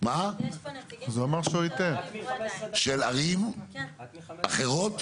-- מה של ערים אחרות?